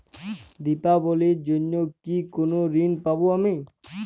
দীপাবলির জন্য কি কোনো ঋণ পাবো আমি?